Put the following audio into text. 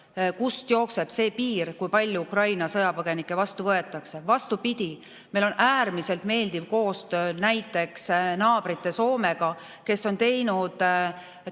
kust jookseb see piir, kui palju Ukraina sõjapõgenikke vastu võetakse. Vastupidi, meil on äärmiselt meeldiv koostöö näiteks meie naabri Soomega, kes on teinud